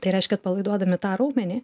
tai reiškia atpalaiduodami tą raumenį